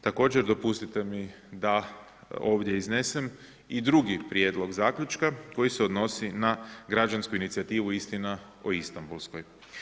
Također dopustite mi da ovdje iznesem i drugi prijedlog zaključka koji se odnosi na građansku inicijativu istina o Istambulskoj.